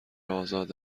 آزاد